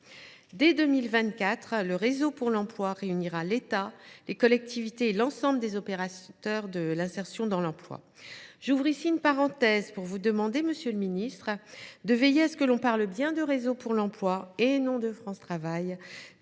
Dès 2024, le nouveau réseau pour l’emploi réunira l’État, les collectivités locales et l’ensemble des opérateurs de l’insertion dans l’emploi. J’ouvre ici une parenthèse pour vous demander, monsieur le ministre, de veiller à ce que l’on parle bien de réseau pour l’emploi, et non de France Travail,